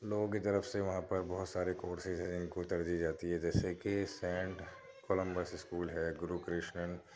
لوگوں کی طرف سے وہاں پر بہت سارے کورسیز ہیں جن کو ترجیح جاتی ہے جیسے کہ سینٹ کولمبس اسکول ہے گرو کرشنن